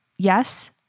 Yes